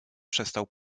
przestał